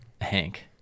Hank